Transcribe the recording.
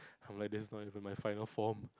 I'm like this is not even my final form